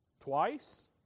twice